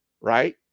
right